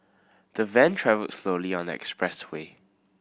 the van travelled slowly on expressway